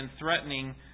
threatening